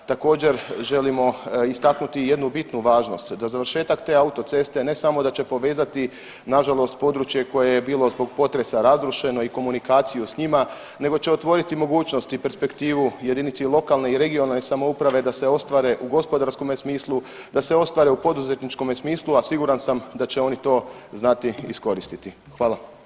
Također želimo istaknuti i jednu bitnu važnost, da završetak te autoceste ne samo da će povezati nažalost područje koje je bilo zbog potresa razrušeno i komunikaciju s njima nego će otvoriti mogućnost i perspektivu jedinice lokalne i regionalne samouprave da se ostvare u gospodarskome smislu, da se ostvare u poduzetničkome smislu, a siguran sam da će oni to znati iskoristiti.